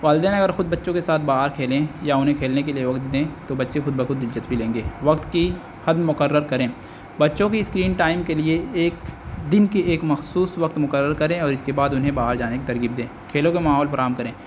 والدین اگر خود بچوں کے ساتھ باہر کھیلیں یا انہیں کھیلنے کے لیے وقت دیں تو بچے خود بخود دلچسپی لیں گے وقت کی حد مقر کریں بچوں کی اسکرین ٹائم کے لیے ایک دن کی ایک مخصوص وقت مقرر کریں اور اس کے بعد انہیں باہر جانے کی ترغیب دیں کھیلوں کے ماحول فراہم کریں